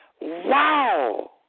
wow